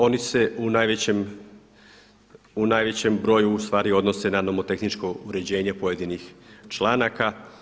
Oni se u najvećem broju ustvari odnose na nomotehničko uređenje pojedinih članaka.